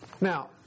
now